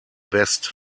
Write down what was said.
best